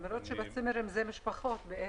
למרות שבצימרים זה משפחות בעצם,